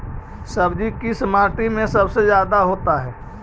सब्जी किस माटी में सबसे ज्यादा होता है?